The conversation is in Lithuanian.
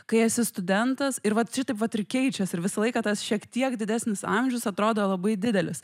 kai esi studentas ir vat či taip vat ir keičiasi ir visą laiką tas šiek tiek didesnis amžius atrodo labai didelis